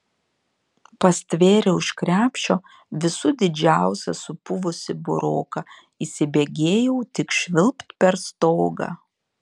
pastvėriau iš krepšio visų didžiausią supuvusį buroką įsibėgėjau tik švilpt per stogą